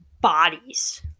bodies